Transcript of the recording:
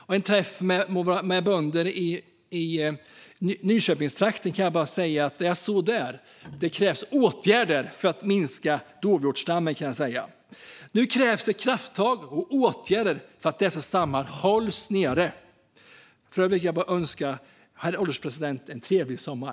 Vid en träff med bönder i Nyköpingstrakten framkom det att det där krävs åtgärder för att minska dovhjortsstammen. Nu krävs det krafttag och åtgärder för att dessa stammar ska hållas nere. För övrigt vill jag bara önska herr ålderspresidenten en trevlig sommar.